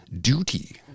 duty